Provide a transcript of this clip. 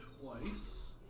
twice